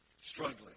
struggling